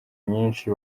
nyinshi